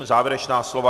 Závěrečná slova.